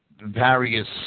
various